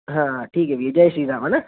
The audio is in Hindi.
हाँ ठीक है भैया जय श्री राम है ना